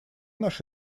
наш